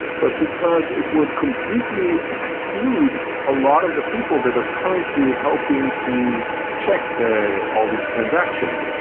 but because it would completely exclude a lot of the people that are currently helping to check ah all these transactions.